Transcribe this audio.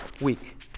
week